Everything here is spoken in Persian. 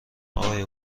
آقای